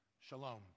Shalom